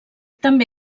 també